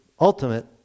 ultimate